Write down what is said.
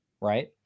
right